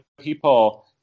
people